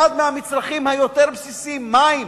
אחד מהמצרכים היותר בסיסיים, מים,